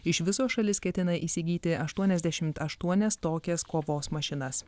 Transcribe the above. iš viso šalis ketina įsigyti aštuoniasdešimt aštuonias tokias kovos mašinas